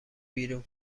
بیرون